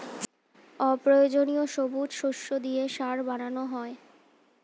অপ্রয়োজনীয় সবুজ শস্য দিয়ে সার বানানো হয়